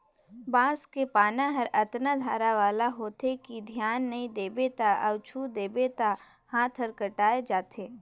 बांस के पाना हर अतना धार वाला होथे कि धियान नई देबे त अउ छूइ देबे त हात हर कटाय जाथे